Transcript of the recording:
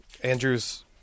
andrew's